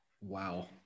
wow